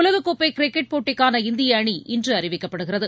உலகக்கோப்பை கிரிக்கெட் போட்டிக்கான இந்திய அணி இன்று அறிவிக்கப்படுகிறது